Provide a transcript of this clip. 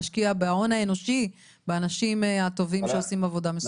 להשקיע בהון האנושי באנשים הטובים שעושים עבודה מסורה.